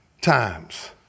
times